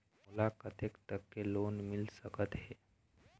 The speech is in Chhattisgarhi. मोला कतेक तक के लोन मिल सकत हे?